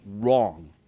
wrong